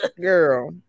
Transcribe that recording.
Girl